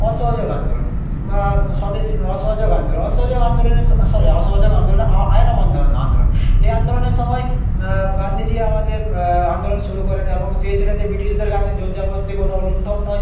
অসহযোগ আন্দোলন বা স্বদেশী অসহযোগ আন্দোলন অসহযোগ আন্দোলনে স সরি অসহযোগ আন্দোলনে আ আইন অমান্য আন আন্দোলন এই আন্দোলনের সময় গান্ধীজি আমাদের আন্দোলন শুরু করেন এবং চেয়েছিলেন যে ব্রিটিশদের কাছে জোর জবরদস্তি কোনও লুণ্ঠন নয়